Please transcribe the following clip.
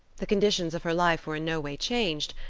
the conditions of her life were in no way changed,